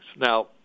Now